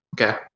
Okay